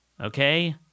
okay